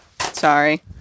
Sorry